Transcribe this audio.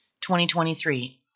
2023